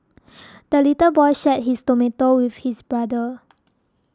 the little boy shared his tomato with his brother